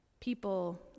people